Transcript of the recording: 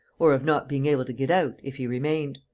or of not being able to get out, if he remained.